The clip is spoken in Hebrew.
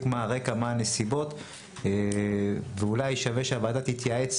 מה הרקע ומה הנסיבות ואולי שווה שהוועדה תתייעץ